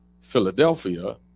Philadelphia